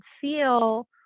feel